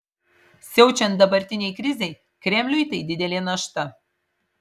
siaučiant dabartinei krizei kremliui tai didelė našta